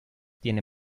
tiene